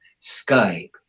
Skype